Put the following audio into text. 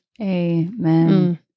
Amen